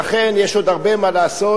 לכן יש עוד הרבה מה לעשות.